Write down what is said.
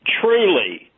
truly